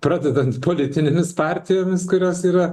pradedant politinėmis partijomis kurios yra